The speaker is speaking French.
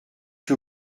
que